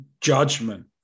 judgment